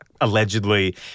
allegedly